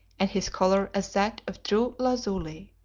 and his colour as that of true lazuli